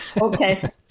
Okay